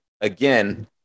Again